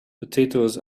potatoes